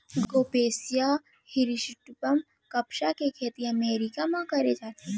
Gossypium hirsutum कपसा के खेती अमेरिका म करे जाथे